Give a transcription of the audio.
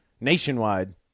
Nationwide